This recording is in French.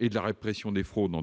et de la répression des fraudes